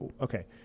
Okay